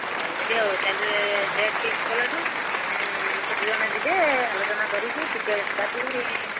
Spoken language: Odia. ଏମିତିି ଆଉ ତା'ହେଲେ ଡେଟ୍ ଫିକ୍ସ କଲାଠୁ କେତେ ଜଣ ଯିବେ ଆଲୋଚନା କରିକି ଟିକେଟ୍ କାଟିକି